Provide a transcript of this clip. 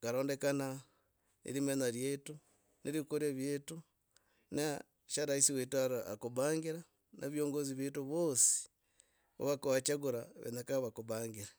karondekana ne limenya iyetu ne likuula iyetu na sha rais wetu ara akubangira ne viongozi vetu va kwachugura kenyaka vakubangire.